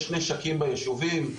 יש נשקים ביישובים.